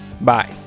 Bye